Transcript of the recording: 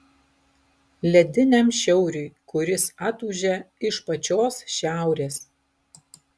lediniam šiauriui kuris atūžia iš pačios šiaurės